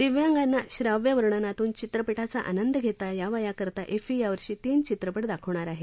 दिव्यांगाना श्राव्य वर्णनातून चित्रपटाचा आनंद घेता यावा या करता इफ्फी यावर्षी तीन चित्रपट दाखवणार आहे